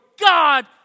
God